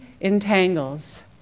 entangles